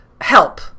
help